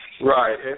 Right